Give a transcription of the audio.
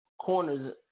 corners